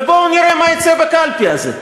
ובואו נראה מה יצא בקלפי הזה.